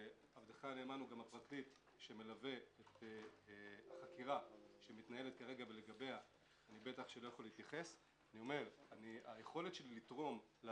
עבדך הנאמן הוא גם הפרקליט שמלווה את החקירה שמתנהלת כרגע,